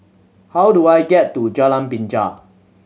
how do I get to Jalan Binja